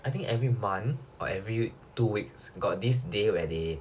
I think every month or every two weeks got this day where they